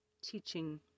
teaching